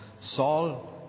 Saul